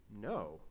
no